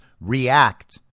react